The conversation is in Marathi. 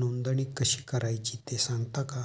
नोंदणी कशी करायची ते सांगता का?